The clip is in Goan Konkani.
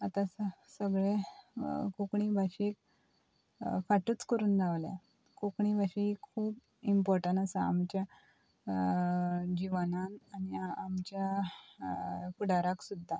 आतां स सगळे कोंकणी भाशेक फाटूच करून रावल्यात कोंकणी भाश ही खूब इम्पॉर्टंट आसा आमच्या जिवनान आनी आमच्या फुडाराक सुद्दां